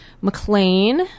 mclean